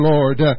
Lord